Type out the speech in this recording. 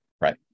Right